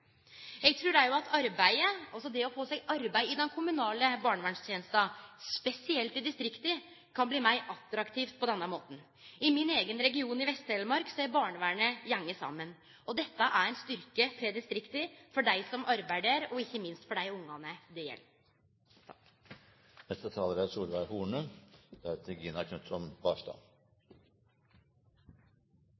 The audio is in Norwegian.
Eg trur òg at det å få seg arbeid i den kommunale barnevernstenesta, spesielt i distrikta, kan bli meir attraktivt på denne måten. I min eigen region, i Vest-Telemark, har barnevernet gått saman. Dette er ein styrke for distrikta, for dei som arbeider der, og ikkje minst for dei barna det gjeld.